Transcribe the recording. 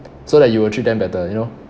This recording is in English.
so that you will treat them better you know